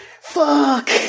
Fuck